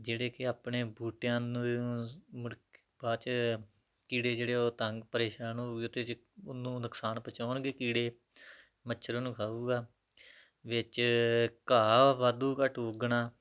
ਜਿਹੜੇ ਕਿ ਆਪਣੇ ਬੂਟਿਆਂ ਨੂੰ ਵੀ ਮੁੜ ਕੇ ਬਾਅਦ 'ਚ ਕੀੜੇ ਜਿਹੜੇ ਉਹ ਤੰਗ ਪ੍ਰੇਸ਼ਾਨ ਹੋਊ ਉੱਥੇ ਜੇ ਉਹਨੂੰ ਨੁਕਸਾਨ ਪਹੁੰਚਾਉਣਗੇ ਕੀੜੇ ਮੱਛਰ ਉਹਨੂੰ ਖਾਊਗਾ ਵਿੱਚ ਘਾਹ ਵਾਧੂ ਘਾਟੂ ਉੱਗਣਾ